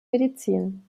medizin